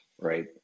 right